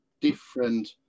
different